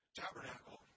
tabernacle